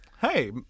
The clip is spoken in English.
Hey